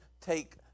take